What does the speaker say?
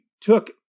took